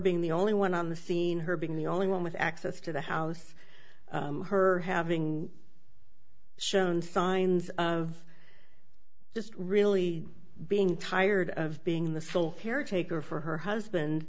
being the only one on the scene her being the only one with access to the house her having shown signs of just really being tired of being the sole caretaker for her husband